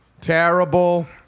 Terrible